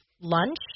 lunch